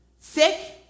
sick